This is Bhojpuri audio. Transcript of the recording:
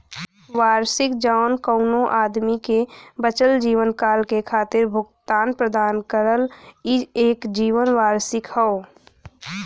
वार्षिकी जौन कउनो आदमी के बचल जीवनकाल के खातिर भुगतान प्रदान करला ई एक जीवन वार्षिकी हौ